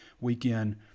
weekend